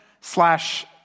slash